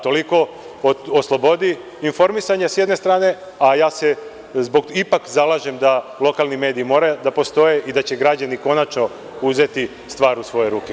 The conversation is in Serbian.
Toliko o slobodi informisanja s jedne strane, a ja se ipak zalažem da lokalni mediji moraju da postoje i da će građani konačno uzeti stvar u svoje ruke.